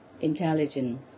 intelligent